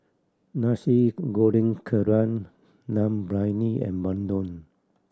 Nasi Goreng Kerang Dum Briyani and bandung